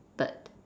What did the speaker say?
but